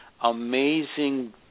amazing